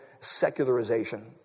secularization